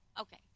okay